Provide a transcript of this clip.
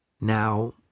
Now